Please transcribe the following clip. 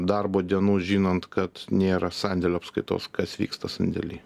darbo dienų žinant kad nėra sandėlio apskaitos kas vyksta sandėly